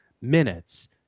minutes